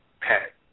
pat